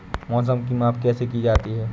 मौसम की माप कैसे की जाती है?